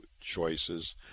choices